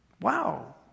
Wow